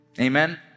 amen